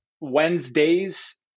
Wednesdays